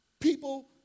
People